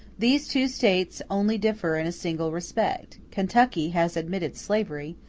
these two states only differ in a single respect kentucky has admitted slavery,